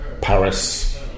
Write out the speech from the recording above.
Paris